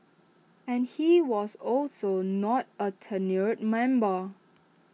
and he was also not A tenured member